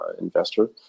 investor